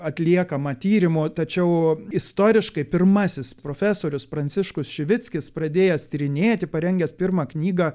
atliekama tyrimų tačiau istoriškai pirmasis profesorius pranciškus šivickis pradėjęs tyrinėti parengęs pirmą knygą